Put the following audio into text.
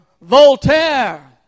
Voltaire